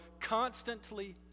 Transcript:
constantly